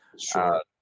Sure